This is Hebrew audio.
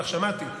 כך שמעתי,